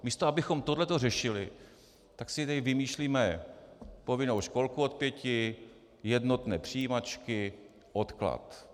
Místo abychom tohle to řešili, tak si tady vymýšlíme povinnou školku od pěti, jednotné přijímačky, odklad.